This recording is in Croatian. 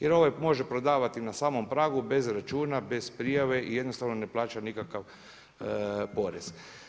Jer ovaj može prodavati na samom pragu, bez računa, bez prijave i jednostavno ne plaća nikakav porez.